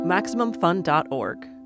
MaximumFun.org